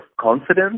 confidence